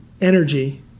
energy